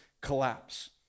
collapse